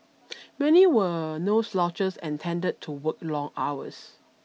many were no slouches and tended to work long hours